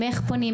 איך פונים,